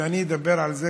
ואני אדבר על זה,